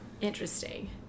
Interesting